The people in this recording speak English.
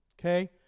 Okay